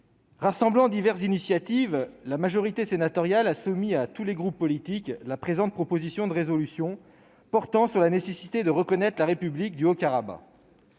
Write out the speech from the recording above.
rassemblant diverses initiatives, la majorité sénatoriale a soumis à tous les groupes politiques la présente proposition de résolution portant sur la nécessité de reconnaître la République du Haut-Karabagh.